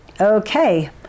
okay